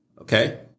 Okay